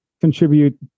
contribute